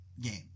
game